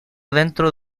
dentro